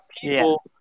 people